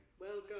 Welcome